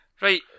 Right